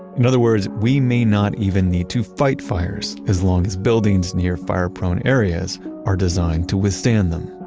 in other words, we may not even need to fight fires, as long as buildings near fire-prone areas are designed to withstand them